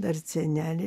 dar senelė